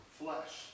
flesh